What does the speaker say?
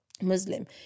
Muslim